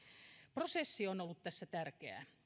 prosessi on ollut tässä tärkeä